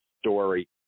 story